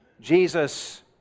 Jesus